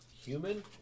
human